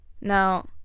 now